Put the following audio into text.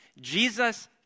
Jesus